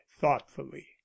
thoughtfully